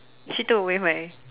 she took away my